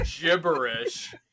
gibberish